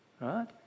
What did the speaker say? Right